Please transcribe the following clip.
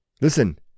Listen